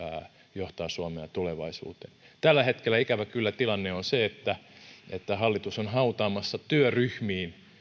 johtaa suomea tulevaisuuteen tällä hetkellä tilanne on ikävä kyllä se että hallitus on hautaamassa työryhmiin